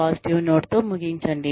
positive note తో ముగించండి